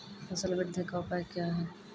फसल बृद्धि का उपाय क्या हैं?